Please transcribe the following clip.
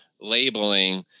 labeling